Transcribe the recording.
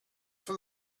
for